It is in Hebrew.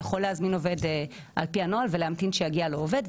יכול להזמין עובד על פי הנוהל ולהמתין שיגיע לו עובד,